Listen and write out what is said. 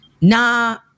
nah